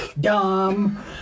Dumb